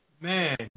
Man